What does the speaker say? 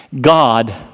God